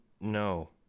no